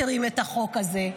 מכירים את החוק הזה,